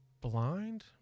blind